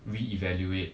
re evaluate